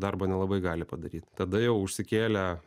darbo nelabai gali padaryt tada jau užsikėlę